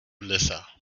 lisa